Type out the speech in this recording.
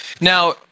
Now